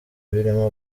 birimo